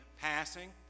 passing